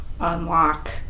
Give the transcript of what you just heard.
unlock